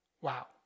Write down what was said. Wow